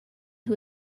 who